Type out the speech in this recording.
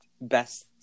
best